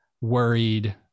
worried